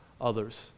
others